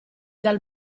dal